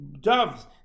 Doves